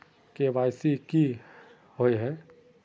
KYC की हिये है?